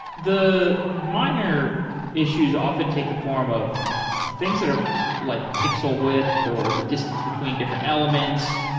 the minor issues often take the form of things that are like pixel width or the distance between different elements.